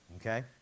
Okay